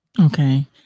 Okay